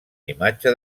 imatge